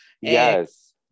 Yes